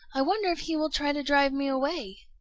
i wonder if he will try to drive me away.